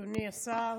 אדוני השר,